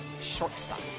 shortstop